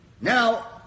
Now